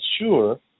sure